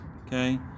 Okay